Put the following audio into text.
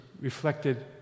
reflected